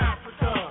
Africa